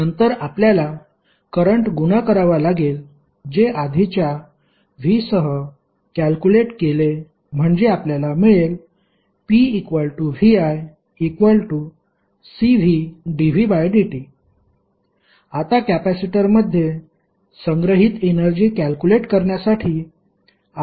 नंतर आपल्याला करंट गुना करावा लागेल जे आधीच्या v सह क्याल्कुलेट केले म्हणजे आपल्याला मिळेल pviCvdvdt आता कॅपेसिटरमध्ये संग्रहित एनर्जी क्याल्कुलेट करण्यासाठी